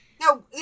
No